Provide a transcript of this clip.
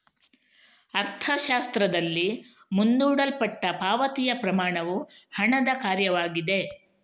ಅರ್ಥಶಾಸ್ತ್ರದಲ್ಲಿ, ಮುಂದೂಡಲ್ಪಟ್ಟ ಪಾವತಿಯ ಪ್ರಮಾಣವು ಹಣದ ಕಾರ್ಯವಾಗಿದೆ